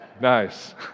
Nice